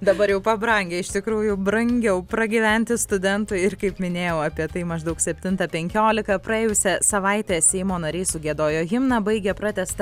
dabar jau pabrangę iš tikrųjų brangiau pragyventi studentui ir kaip minėjau apie tai maždaug septintą penkiolika praėjusią savaitę seimo nariai sugiedojo himną baigė pratęstą